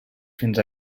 fins